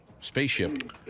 spaceship